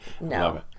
No